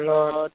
Lord